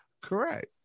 Correct